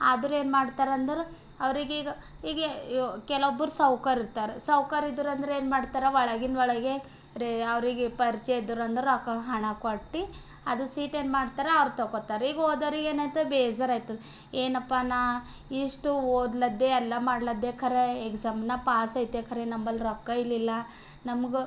ಆದರೂ ಏನು ಮಾಡ್ತಾರೆಂದ್ರೆ ಅವರಿಗೀಗ ಈಗ ಯೋ ಕೆಲವ್ರು ಸಾಹುಕಾರ ಇರ್ತಾರೆ ಸಾಹುಕಾರ ಇದ್ರ ಅಂದ್ರೆ ಏನು ಮಾಡ್ತಾರೆ ಒಳಗಿನ ಒಳಗೆ ರೆ ಅವರಿಗೆ ಪರಿಚಯ ಇದ್ದರೆಂದ್ರೆ ರೊಕ್ಕ ಹಣ ಕೊಟ್ಟು ಅದು ಸೀಟೇನು ಮಾಡ್ತಾರಾ ಅವ್ರು ತಗೋತಾರ ಈಗ ಓದೋರಿಗೆ ಏನಾಯ್ತು ಬೇಜಾರಾಯ್ತು ಏನಪ್ಪ ನಾ ಇಷ್ಟು ಓದ್ಲದ್ದೆ ಎಲ್ಲ ಮಾಡ್ಲದ್ದೆ ಖರೇ ಎಕ್ಸಾಮ್ನ ಪಾಸ್ ಆಯ್ತೆ ಖರೆ ನಂಬಳಿ ರೊಕ್ಕ ಇಲ್ಲಿಲ್ಲ ನಮ್ಗೆ